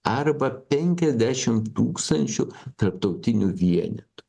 arba penkiasdešim tūkstančių tarptautinių vienetų